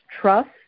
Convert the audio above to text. trust